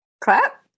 clap